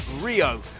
Rio